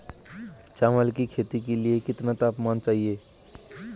चावल की खेती के लिए कितना तापमान चाहिए?